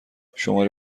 شماره